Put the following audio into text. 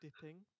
dipping